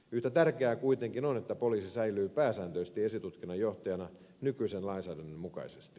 yhtä tärkeää kuitenkin on että poliisi säilyy pääsääntöisesti esitutkinnan johtajana nykyisen lainsäädännön mukaisesti